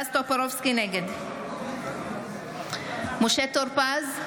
טופורובסקי, נגד משה טור פז,